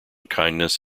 kindness